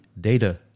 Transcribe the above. data